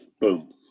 boom